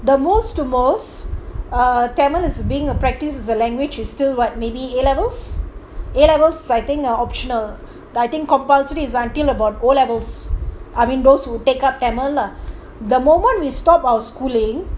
the most the most tamil is being a practice is the language is still what maybe A levels A levels I think optional I think compulsory is until about O levels I mean those who take up tamil lah the moment we stop our schooling